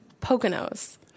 Poconos